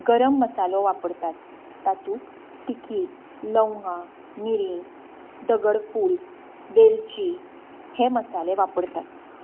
गरम मसालो वापरतात तातूंत तिकी लवंगां मिरी दगडफूल वेलची हे मसाले वापरतात